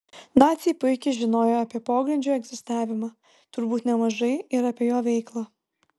naciai puikiai žinojo apie pogrindžio egzistavimą turbūt nemažai ir apie jo veiklą